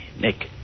Nick